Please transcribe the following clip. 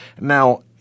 Now